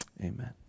Amen